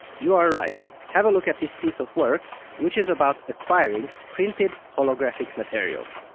you are right! have a look at this piece of work which is about acquiring printed holographic materials.